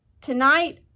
tonight